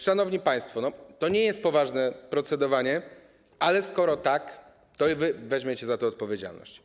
Szanowni państwo, to nie jest poważne procedowanie, ale skoro tak, to wy weźmiecie za to odpowiedzialność.